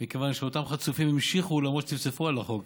מכיוון שאותם חצופים המשיכו וצפצפו על החוק,